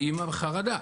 האמא בחרדה.